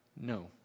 no